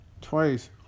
twice